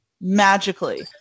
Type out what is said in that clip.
magically